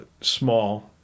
small